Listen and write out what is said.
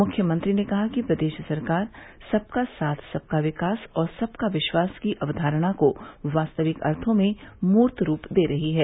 मुख्यमंत्री ने कहा कि प्रदेश सरकार सबका साथ सबका विकास और सबका विश्वास की अवधारणा को वास्तविक अर्थो में मूर्त रूप दे रही है